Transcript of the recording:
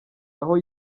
aho